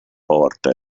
porta